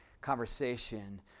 conversation